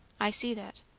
i see that.